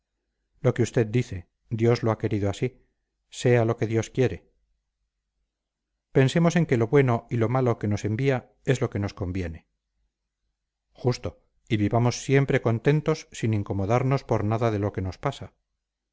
lo que usted dice dios lo ha querido así sea lo que dios quiere pensemos en que lo bueno y lo malo que nos envía es lo que nos conviene justo y vivamos siempre contentos sin incomodarnos por nada de lo que nos pasa